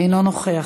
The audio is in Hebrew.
אינו נוכח.